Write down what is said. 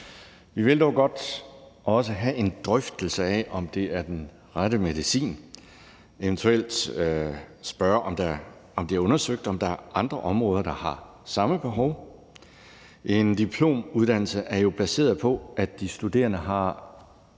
Vi vil dog også godt have en drøftelse af, om det her er den rette medicin, herunder eventuelt spørge, om det er undersøgt, om der er andre områder, der har det samme behov. En diplomuddannelse er jo baseret på, at de studerende har